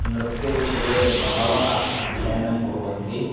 नृत्यविषये बहवः अध्ययनं कुर्वन्ति